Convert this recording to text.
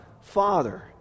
Father